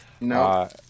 no